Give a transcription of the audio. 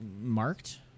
marked